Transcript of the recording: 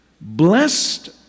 Blessed